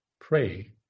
Pray